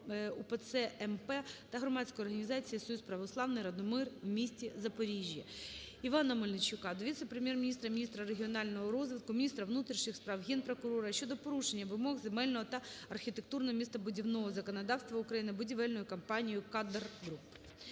УПЦ МП та Громадської організації "Союз православний "Радомир" у місті Запоріжжя. Івана Мельничука до віце-прем’єр-міністра - міністра регіонального розвитку, міністра внутрішніх справ, Генпрокурора щодо порушення вимог земельного та архітектурно-містобудівного законодавства України будівельною компанією "Kadorr